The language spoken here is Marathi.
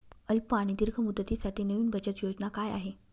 अल्प आणि दीर्घ मुदतीसाठी नवी बचत योजना काय आहे?